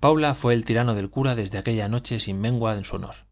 paula fue el tirano del cura desde aquella noche sin mengua de su honor